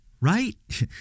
right